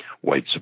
white